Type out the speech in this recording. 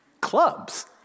Clubs